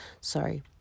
Sorry